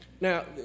Now